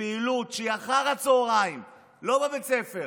בפעילות שהיא אחר הצוהריים, לא בבית ספר,